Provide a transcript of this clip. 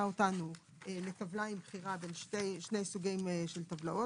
אותנו לטבלה עם בחירה בין שני סוגים של טבלאות,